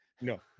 No